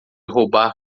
roubar